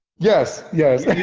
yes. yes.